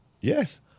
Yes